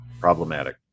problematic